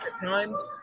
times